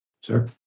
Sir